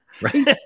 right